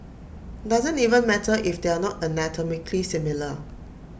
doesn't even matter if they're not anatomically similar